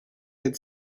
had